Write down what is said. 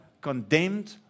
condemned